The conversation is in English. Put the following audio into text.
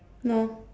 no